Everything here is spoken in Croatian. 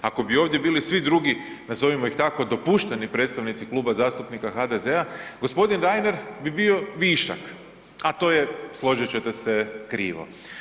Ako bi ovdje bili svi drugi, nazovimo ih tako, dopušteni predstavnici Kluba zastupnika HDZ-a g. Reiner bi bio višak, a to je, složit ćete se, krivo.